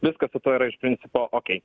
viskas su tuo yra iš principo okei